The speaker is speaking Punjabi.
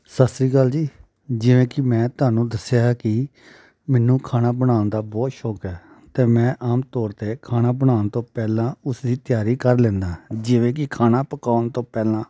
ਸਤਿ ਸ਼੍ਰੀ ਅਕਾਲ ਜੀ ਜਿਵੇਂ ਕਿ ਮੈਂ ਤੁਹਾਨੂੰ ਦੱਸਿਆ ਕਿ ਮੈਨੂੰ ਖਾਣਾ ਬਣਾਉਣ ਦਾ ਬਹੁਤ ਸ਼ੌਕ ਹੈ ਅਤੇ ਮੈਂ ਆਮ ਤੌਰ 'ਤੇ ਖਾਣਾ ਬਣਾਉਣ ਤੋਂ ਪਹਿਲਾਂ ਉਸਦੀ ਤਿਆਰੀ ਕਰ ਲੈਂਦਾ ਜਿਵੇਂ ਕਿ ਖਾਣਾ ਪਕਾਉਣ ਤੋਂ ਪਹਿਲਾਂ